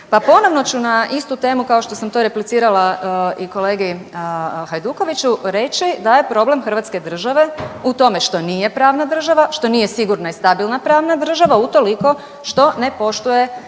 ponovno ću na istu temu, kao što sam to i replicirala i kolegi Hajdukoviću, reću, da je problem hrvatske države u tome što nije pravna država, što nije sigurna i stabilna pravna država utoliko što ne poštuje, za